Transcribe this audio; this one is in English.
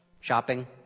shopping